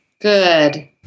Good